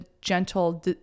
gentle